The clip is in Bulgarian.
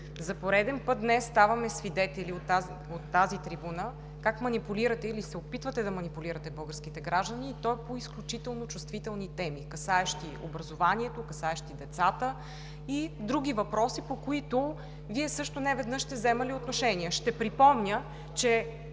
за пореден път днес, от тази трибуна, ставаме свидетели как манипулирате или се опитвате да манипулирате българските граждани, и то по изключително чувствителни теми, касаещи образованието, децата и други въпроси, по които Вие също неведнъж сте взимали отношение. Ще припомня, че